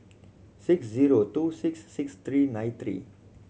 six zero two six six three nine three